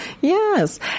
Yes